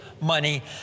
money